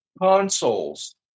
consoles